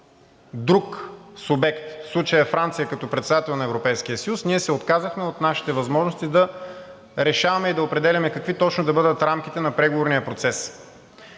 друг субект, в случая Франция като председател на Европейския съюз, ние се отказахме от нашите възможности да решаваме и да определяме какви точно да бъдат рамките на преговорния процес.